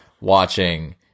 watching